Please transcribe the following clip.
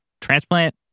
Transplant